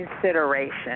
consideration